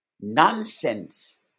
nonsense